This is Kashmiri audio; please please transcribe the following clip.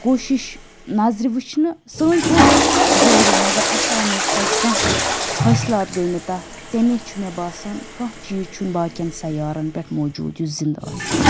کوٗشِش نَظرِ وٕچھنہٕ سٲنۍ کوٗشِش چھےٚ جٲری مَگر اَسہِ آو نہٕ تَتہِ کانٛہہ تہِ حٲصلات گٔیہِ نہٕ تَتھ تمے چھُ مےٚ باسان کانٛہہ چیٖز چھُنہٕ باقِیٚن سَیارَن پؠٹھ موجوٗد یُس زِندٕ آسہِ